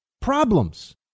problems